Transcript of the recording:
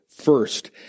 first